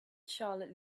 charlotte